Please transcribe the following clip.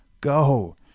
go